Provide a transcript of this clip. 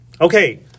Okay